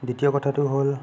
দ্বিতীয় কথাটো হ'ল